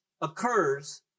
occurs